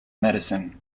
medicine